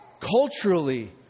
Culturally